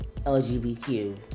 LGBTQ